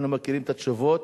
אנחנו מכירים את התשובות,